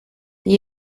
die